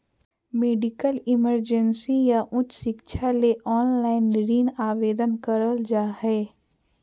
medical emergency या उच्च शिक्षा ले ऑनलाइन ऋण आवेदन करल जा हय